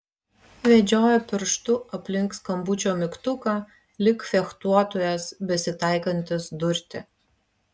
vedžioja pirštu aplink skambučio mygtuką lyg fechtuotojas besitaikantis durti